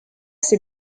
ces